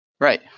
Right